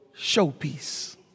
showpiece